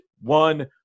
one